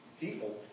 people